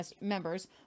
members